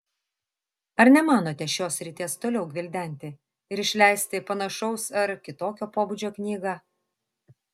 ar nemanote šios srities toliau gvildenti ir išleisti panašaus ar kitokio pobūdžio knygą